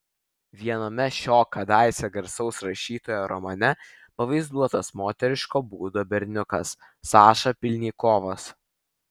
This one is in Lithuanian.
viename šio kadaise garsaus rašytojo romane pavaizduotas moteriško būdo berniukas saša pylnikovas